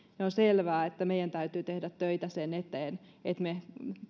on selvää että meidän täytyy tehdä töitä sen eteen että me